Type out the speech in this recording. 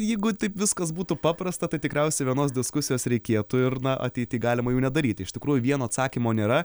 jeigu taip viskas būtų paprasta tai tikriausiai vienos diskusijos reikėtų ir na ateity galima jų nedaryti iš tikrųjų vieno atsakymo nėra